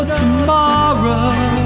tomorrow